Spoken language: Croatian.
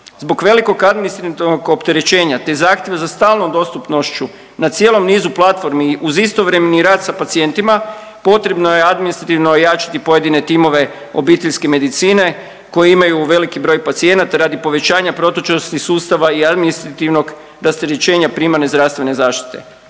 Zbog velikog administrativnog opterećenja, te zahtjeva za stalnom dostupnošću na cijelom nizu platformi uz istovremeni rad sa pacijentima potrebno je administrativno ojačati pojedine timove obiteljske medicine koji imaju veliki broj pacijenata radi povećanja protočnosti sustava i administrativnog rasterećenja primarne zdravstvene zaštite.